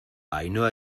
ainhoa